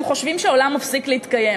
חושבים שהעולם מפסיק להתקיים.